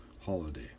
holiday